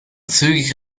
zügig